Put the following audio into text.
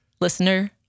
listener